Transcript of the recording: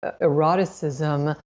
eroticism